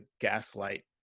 gaslight